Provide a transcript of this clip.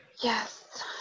Yes